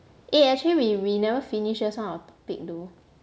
eh actually we we never finish just now our topic though